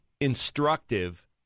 instructive